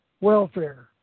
welfare